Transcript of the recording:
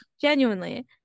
Genuinely